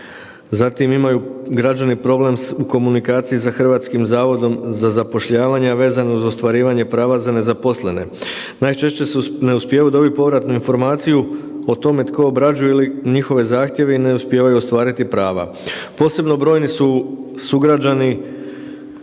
Zatim imaju građani problem u komunikaciji sa HZZ, a vezano uz ostvarivanje prava za nezaposlene. Najčešće su ne uspijevaju dobiti povratnu informaciju o tome tko obrađuje ili njihove zahtjeve i ne uspijevaju ostvariti prava. Posebno brojni su sugrađani